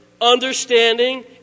understanding